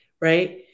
Right